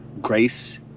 grace